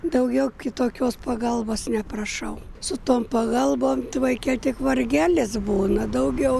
daugiau kitokios pagalbos neprašau su tom pagalbom vaike tik vargelis būna daugiau